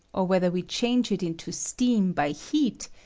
or whether we change it into steam by heat,